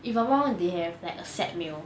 if I'm not wrong they have like a set meal